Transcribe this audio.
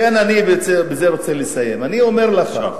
לכן, ובזה אני רוצה לסיים, בבקשה.